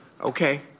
Okay